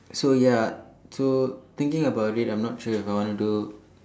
so ya so thinking about it I'm not sure if I want to do